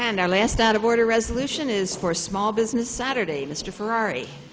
and our last out of order resolution is for small business saturday mr ferrari